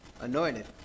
anointed